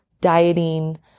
dieting